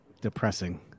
depressing